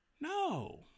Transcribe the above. No